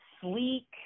sleek